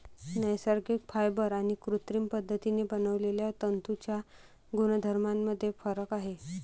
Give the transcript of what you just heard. नैसर्गिक फायबर आणि कृत्रिम पद्धतीने बनवलेल्या तंतूंच्या गुणधर्मांमध्ये फरक आहे